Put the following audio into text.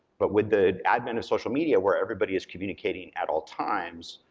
but with the advent of social media where everybody is communicating at all times,